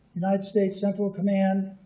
united states central command,